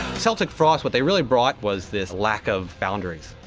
celtic frost, what they really brought was this lack of boundaries.